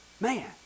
Man